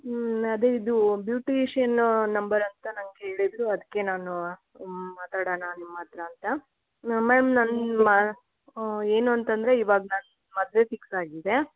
ಅದೇ ಇದು beautician number ಅಂತ ನನಗೆ ಹೇಳಿದರು ಅದಕ್ಕೆ ನಾನು ಮಾತಾಡೋಣ ನಿಮ್ಮ ಹತ್ರ ಅಂತ ಮ್ಯಾಮ್ ನನ್ನ ಏನೂಂತಂದ್ರೆ ಈವಾಗ ನನ್ನ ಮದುವೆ ಫಿಕ್ಸ್ ಆಗಿದೆ